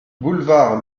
boulevard